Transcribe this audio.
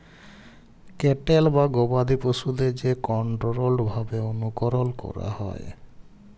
cattle বা গবাদি পশুদের যে কনটোরোলড ভাবে অনুকরল ক্যরা হয়